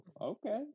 okay